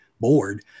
board